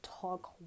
talk